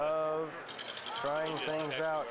of trying to change out